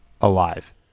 alive